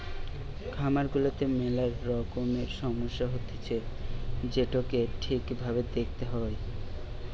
খামার গুলাতে মেলা রকমের সমস্যা হতিছে যেটোকে ঠিক ভাবে দেখতে হয়